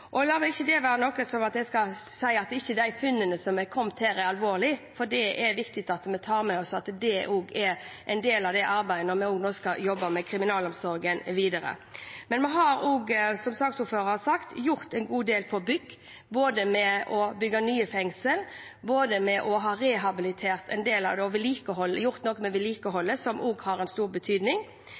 ikke at de funnene som har kommet, ikke er alvorlige. Det er viktig at vi tar det med oss, og at det også blir en del av arbeidet når vi skal jobbe videre med kriminalomsorgen. Vi har, som saksordføreren sa, gjort en god del på bygg, både ved å bygge nye fengsler og ved å rehabilitere og vedlikeholde, som også har stor betydning. Bemanning vet vi er prekært. Det er ikke noe som skal stikkes under stol. Det er noe som det må gjøres noe med